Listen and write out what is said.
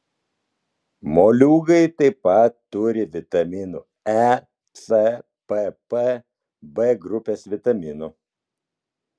moliūgai taip pat turi vitaminų e c pp b grupės vitaminų